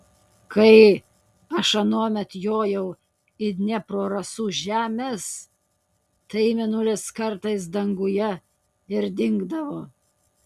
kai aš anuomet jojau į dniepro rasų žemes tai mėnulis kartais danguje ir dingdavo